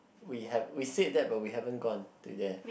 we have we said that but we haven't gone to there